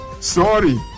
sorry